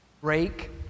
Break